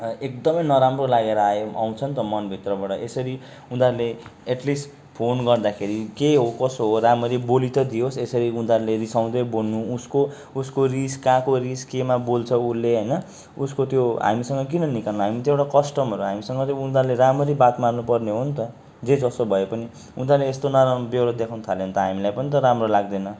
एकदमै नराम्रो लागेर आयो आउँछ नि त मनभित्रबाट यसरी उनीहरूले एट लिस्ट फोन गर्दाखेरि के हो कसो हो राम्ररी बोली त दिओस् यसरी उनीहरूले रिसाउँदै बोल्नु उसको उसको रिस कहाँको रिस केमा बोल्छ उसले होइन उसको त्यो हामीसँग किन निकाल्नु हामी त एउटा कस्टमर हो हामीसँग त उनीहरूले राम्ररी बात मार्नुपर्ने हो नि त जे जसो भएपनि उनीहरूले यस्तो नराम्रो बेउरा देखाउनु थाल्यो भने त हामीलाई पनि त राम्रो लाग्दैन